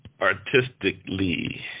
Artistically